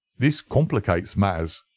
this complicates matters,